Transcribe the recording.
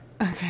Okay